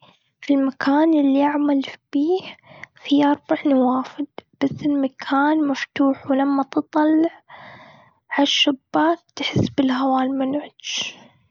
في المكان اللي بعمل فيه، في أربع نوافد. بس المكان مفتوح، ولما تطلع عالشباك تحس بالهواء المنعش.